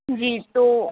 جی تو